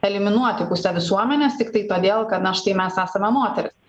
eliminuoti pusę visuomenės tiktai todėl kad na štai mes esame moterys